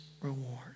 reward